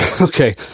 okay